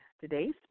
today's